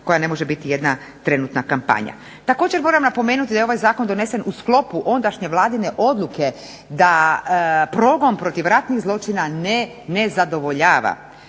koji ne može biti nekakva trenutna kampanja. Također moram napomenuti da je ovaj zakon donesen u sklopu ondašnje vladine odluke da progon protiv ratnih zločina ne zadovoljava,